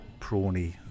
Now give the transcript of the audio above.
prawny